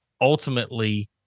ultimately